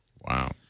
wow